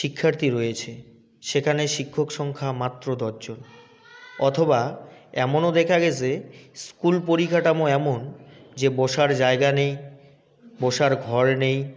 শিক্ষার্থী রয়েছে সেখানে শিক্ষক সংখ্যা মাত্র দশজন অথবা এমনও দেখা গিয়েছে স্কুল পরিকাঠামো এমন যে বসার জায়গা নেই বসার ঘর নেই